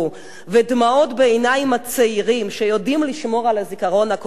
והדמעות בעיני הצעירים שיודעים לשמור על הזיכרון הקולקטיבי,